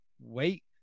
wait